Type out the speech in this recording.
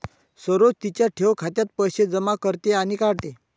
सरोज तिच्या ठेव खात्यात पैसे जमा करते आणि काढते